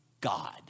God